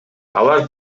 алар